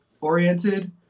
oriented